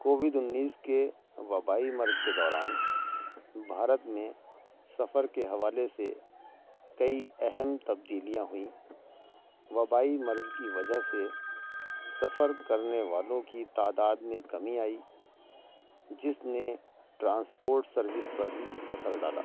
Covid انیس کے وبائی مرض کے دوران بھارت میں سفر کے حوالے سے کئی اہم تبدیلیاں ہوئیں وبائی مرض کی وجہ سے سفر کرنے والوں کی تعداد میں کمی آئی جس نے ٹرانسپورٹ سروس پر بھی اثر ڈالا